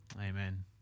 Amen